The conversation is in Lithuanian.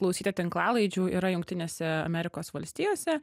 klausyti tinklalaidžių yra jungtinėse amerikos valstijose